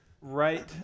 Right